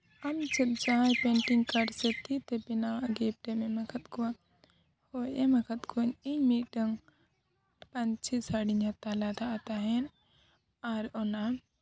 ᱟᱢ ᱡᱟᱦᱟᱸᱭ painting card ᱥᱮ ᱛᱤ ᱛᱮ ᱵᱮᱱᱟᱣᱟᱜ ᱜᱤᱯᱷᱴ ᱮᱢ ᱮᱢ ᱟᱠᱟᱫ ᱠᱚᱣᱟ ᱦᱳᱭ ᱮᱢᱟᱠᱟᱜ ᱠᱚᱣᱟᱹᱧ ᱤᱧ ᱢᱤᱫᱴᱟᱝ ᱯᱟᱧᱪᱤ ᱥᱟᱲᱤᱧ ᱦᱟᱛᱟᱣ ᱞᱮᱫᱟ ᱛᱟᱦᱮᱸᱫ ᱟᱨ ᱚᱱᱟ